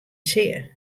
sear